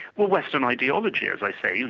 well western ideology, as i say,